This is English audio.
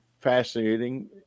fascinating